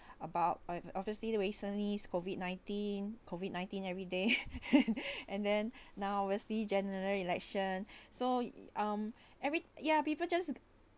about uh obviously the recently COVID nineteen COVID nineteen everyday and then now obviously general election so um every ya people just